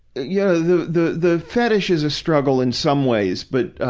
yeah the, the, the fetish is a struggle in some ways. but, ah,